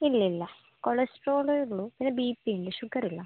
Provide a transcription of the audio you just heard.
ഇല്ലില്ല കൊളസ്ട്രോളെ ഉള്ളൂ പിന്നെ ബി പി ഉണ്ട് ഷുഗർ ഇല്ല